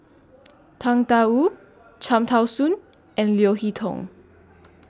Tang DA Wu Cham Tao Soon and Leo Hee Tong